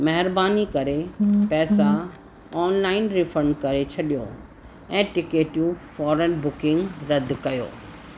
महिरबानी करे पैसा ऑनलाइन रिफंड करे छॾियो ऐं टिकेटियूं फॉरन बुकिंग रदि कयो